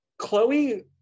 chloe